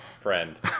friend